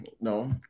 No